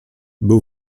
był